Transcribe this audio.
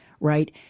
right